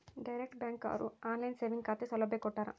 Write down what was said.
direct bank ಅವ್ರು online saving ಖಾತೆ ಸೌಲಭ್ಯ ಕೊಟ್ಟಾರ